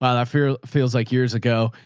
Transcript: well, i fear feels like years ago.